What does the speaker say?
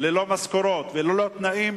ללא משכורות וללא תנאים